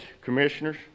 commissioners